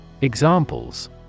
Examples